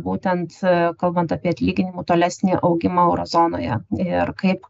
būtent kalbant apie atlyginimų tolesnį augimą euro zonoje ir kaip